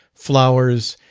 flowers,